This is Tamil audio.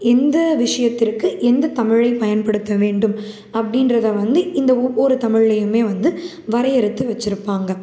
எந்த விஷயத்திற்கு எந்த தமிழை பயன்படுத்த வேண்டும் அப்டின்றதை வந்து இந்த ஒவ்வொரு தமிழ்லையும் வந்து வரையறுத்து வச்சிருப்பாங்க